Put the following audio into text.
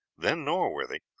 then norworthy,